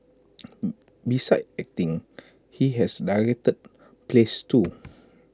besides acting he has directed plays too